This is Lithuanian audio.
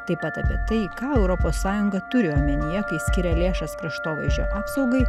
taip pat apie tai ką europos sąjunga turiu omenyje kai skiria lėšas kraštovaizdžio apsaugai